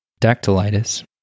Dactylitis